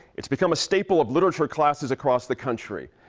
it's become a staple of literature classes across the country.